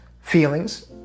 feelings